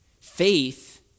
Faith